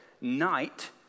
night